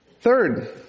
Third